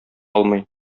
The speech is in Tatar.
алмый